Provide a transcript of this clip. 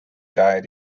died